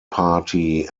party